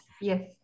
Yes